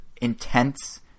intense